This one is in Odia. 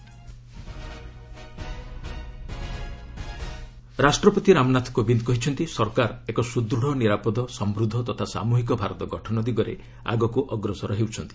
ପ୍ରେଜ୍ ଆଡ୍ରେସ୍ ରାଷ୍ଟ୍ରପତି ରାମନାଥ କୋବିନ୍ଦ କହିଛନ୍ତି ସରକାର ଏକ ସୁଦୂଡ଼ ନିରାପଦ ସମୃଦ୍ଧ ତଥା ସାମୁହିକ ଭାରତ ଗଠନ ଦିଗରେ ଆଗକୁ ଅଗ୍ରସର ହେଉଛନ୍ତି